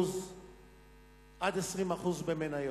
עד 20% במניות.